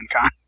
Con